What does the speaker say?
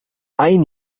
ein